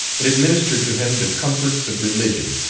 and administer to him the comforts of religion,